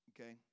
okay